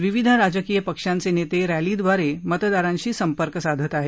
विविध राजकीय पक्षांचे नेते रॅलीद्वारे मतदारांशी संपर्क साधत आहेत